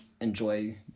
enjoy